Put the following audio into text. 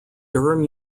durham